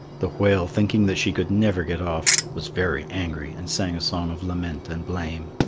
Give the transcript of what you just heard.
the whale, thinking that she could never get off, was very angry, and sang a song of lament and blame.